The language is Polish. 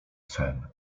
sen